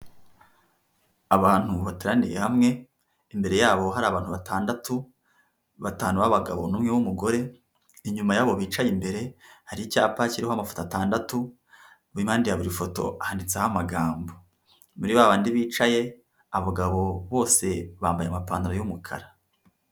Abantu bateraniye hamwe imbere yabo hari abantu batandatu; batanu b'abagabo n'uyu w'umugore, inyuma yabo bicaye imbere hari icyapa kiriho amafoto atandatu mu mpande ya buri foto handitseho amagambo .Muri ba bandi bicaye abagabo bose bambaye amapantaro y'umukara.